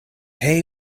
hay